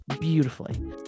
beautifully